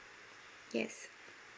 yes